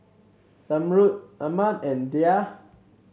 Zamrud Ahmad and Dhia